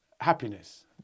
Happiness